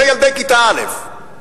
זה ילדי כיתה א'.